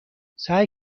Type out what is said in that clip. سعی